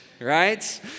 right